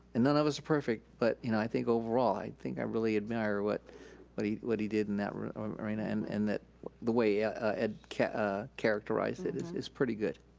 and none of us are perfect, but you know i think overall, i think i really admire what but he what he did in that arena, and and the way ah ed ah characterized it is is pretty good.